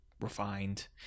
refined